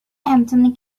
anthony